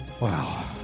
Wow